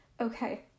okay